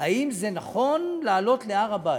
האם זה נכון לעלות להר-הבית?